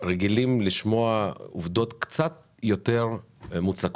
רגילים לשמוע עובדות קצת יותר מוצקות.